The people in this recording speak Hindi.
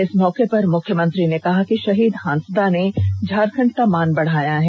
इस मौके पर मुख्यमंत्री ने कहा कि शहीद हांसदा ने झारखंड का मान बढ़ाया है